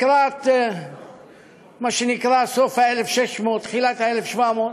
לקראת סוף ה-1600 תחילת ה-1700,